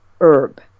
herb